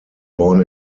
born